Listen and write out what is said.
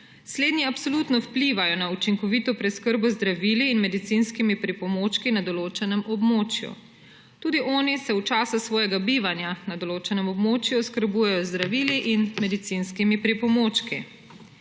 Slednji absolutno vplivajo na učinkovito preskrbo z zdravili in medicinskimi pripomočki na določenem območju. Tudi oni se v času svojega bivanja na določenem območju oskrbujejo z zdravili in medicinskimi pripomočki.